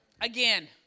Again